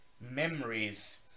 memories